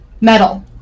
Metal